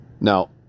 Now